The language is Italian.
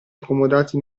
accomodati